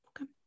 Okay